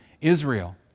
Israel